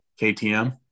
ktm